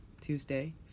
Tuesday